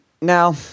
now